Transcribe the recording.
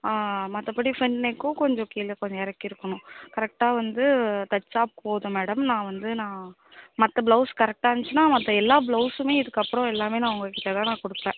மற்றபடி ஃப்ரெண்ட் நெக்கும் கொஞ்சம் கீழே கொஞ்சம் இறக்கி இருக்கனும் கரெக்ட்டாக வந்து தைச்சா போதும் மேடம் நான் வந்து நான் மற்ற ப்ளௌஸ் கரெட்டாக இருந்துச்சின்னா மற்ற எல்லா ப்ளௌஸுமே இதுக்கப்புறோம் எல்லாமே நான் உங்கள்கிட்ட தான் நான் கொடுப்பேன்